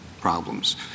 problems